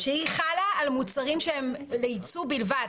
שהיא חלה על מוצרים שהם לייצוא בלבד.